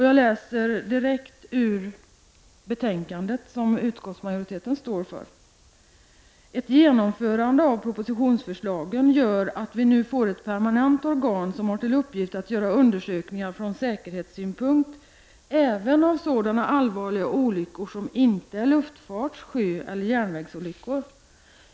Jag läser utskottets formuleringar direkt ur betänkandet: ”Ett genomförande av propositionsförslagen gör att vi nu får ett permanent organ som har till uppgift att göra undersökningar från säkerhetssynpunkt även av sådana allvarliga olyckor som inte är luftfarts-, sjöeller järnvägsolyckor.